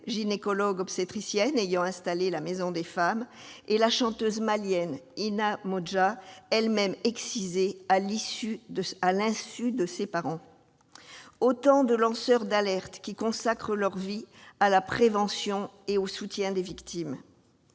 gynécologue-obstétricienne ayant installé la Maison des femmes et la chanteuse malienne Inna Modja, elle-même excisée à l'insu de ses parents. Autant de lanceurs d'alertes qui consacrent leur vie à la prévention et au soutien des victimes.